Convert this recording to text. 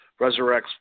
resurrects